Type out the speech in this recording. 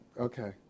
okay